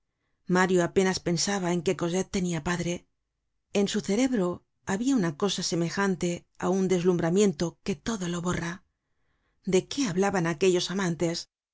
mario apenas pensaba en que cosette tenia padre en su cerebro habia una cosa semejante á un deslumbramiento que todo lo borra de qué hablaban aquellos amantes